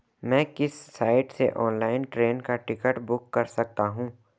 मैं किस साइट से ऑनलाइन ट्रेन का टिकट बुक कर सकता हूँ?